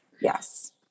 Yes